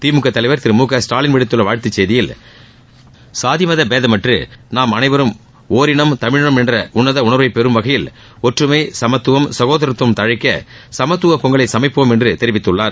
திமுக தலைவர் திரு மு க ஸ்டாலின் விடுத்துள்ள வாழ்த்து செய்தியில் சாதி மத பேதமற்று நாம் அனைவரும் ஒரினம் தமிழினம் என்ற உன்னதக உணர்வைப் பெறும் வகையில் ஒற்றுமை சமத்துவம் சகோதரத்துவம் தழழக்க சமத்துவப் பொங்கலைச் சமைப்போம் என்று தெரிவித்துள்ளார்